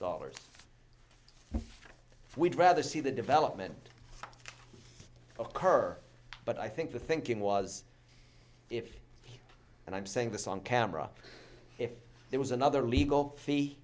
dollars if we'd rather see the development of her but i think the thinking was if and i'm saying this on camera if there was another legal fee